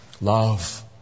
Love